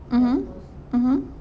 mmhmm mmhmm